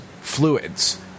fluids